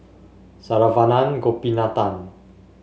Saravanan Gopinathan